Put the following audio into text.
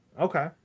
okay